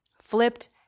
Flipped